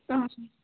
অঁ অঁ